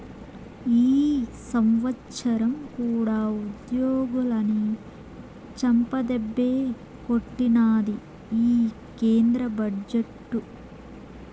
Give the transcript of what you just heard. ఈ సంవత్సరం కూడా ఉద్యోగులని చెంపదెబ్బే కొట్టినాది ఈ కేంద్ర బడ్జెట్టు